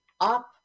up